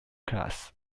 class